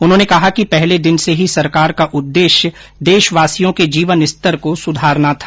उन्होंने कहा कि पहले दिन से ही सरकार का उद्देश्य देशवासियों के जीवन स्तर को सुधारना था